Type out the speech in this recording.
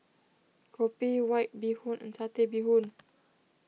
Kopi White Bee Hoon and Satay Bee Hoon